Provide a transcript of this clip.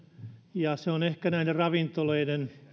ja se on ehkä näiden ravintoloiden